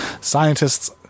scientists